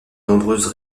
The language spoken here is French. nombreuses